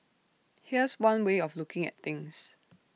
here's one way of looking at things